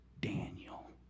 Daniel